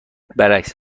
برعکس